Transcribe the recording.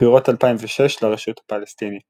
בחירות 2006 לרשות הפלסטינית